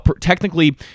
technically